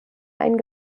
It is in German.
einen